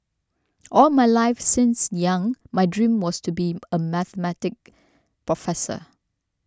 all my life since young my dream was to be a Mathematics professor